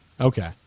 Okay